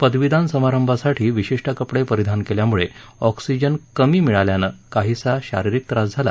पदवीदान समारंभासाठी विशिष्ट कपडे परिधान केल्यामुळे ऑक्सिजन कमी मिळाल्यानं काहिसा शारिरीक त्रास झाला